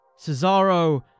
Cesaro